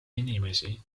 inimesi